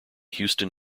houston